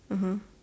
(uh huh)